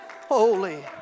holy